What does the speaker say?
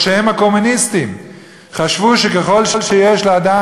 ויורשיהם הקומוניסטים חשבו שככל שיש לאדם